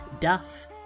Duff